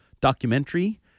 documentary